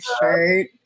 shirt